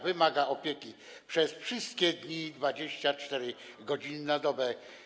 Wymagają one opieki przez wszystkie dni 24 godziny na dobę.